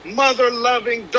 mother-loving